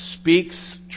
speaks